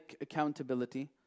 accountability